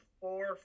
four